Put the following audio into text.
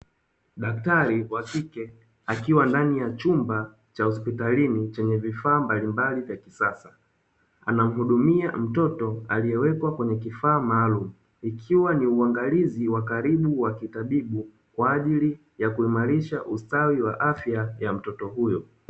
Daktari wa kike akiwa ndani ya chumba cha hospitalini chenye vifaa mbalimbali vya kisasa, anamhudumia mtoto aliyewekwa kwenye kifaa maalumu ikiwa ni uangalizi wa karibu wa kitabibu kwa ajili ya kuimarisha ustawi wa afya ya mtoto huyo.